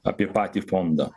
apie patį fondą